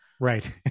Right